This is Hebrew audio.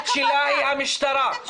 הכתובת שלה היא המשטרה.